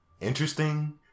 interesting